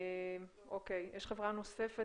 נעבור לאפרת